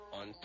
on